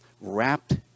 wrapped